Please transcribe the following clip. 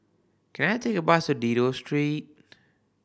can I take a bus to Dido Street